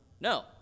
No